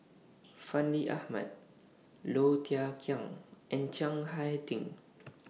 Fandi Ahmad Low Thia Khiang and Chiang Hai Ding